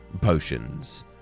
Potions